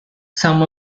some